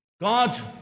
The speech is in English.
God